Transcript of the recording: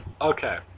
Okay